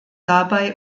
dabei